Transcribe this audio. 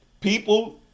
People